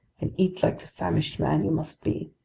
and eat like the famished man you must be.